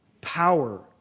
power